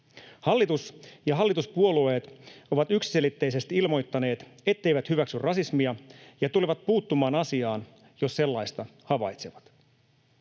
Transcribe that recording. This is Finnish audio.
Hallitus ja hallituspuolueet ovat yksiselitteisesti ilmoittaneet, etteivät hyväksy rasismia ja tulevat puuttumaan asiaan, jos sellaista havaitsevat.